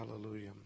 Hallelujah